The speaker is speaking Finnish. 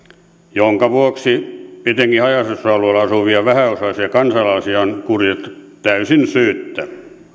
jonka vuoksi etenkin haja asutusalueilla asuvia vähäosaisia kansalaisia on kuritettu täysin syyttä